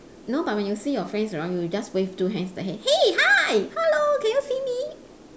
no but when you see your friends around you you just wave your two hands hey hi hello can you see me